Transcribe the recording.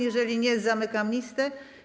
Jeżeli nie, zamykam listę.